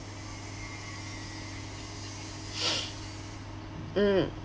mm